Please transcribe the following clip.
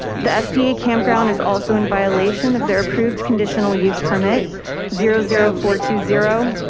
the sda campground is also in violation of their approved conditional use permit zero zero four two zero,